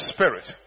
Spirit